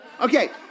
Okay